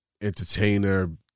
entertainer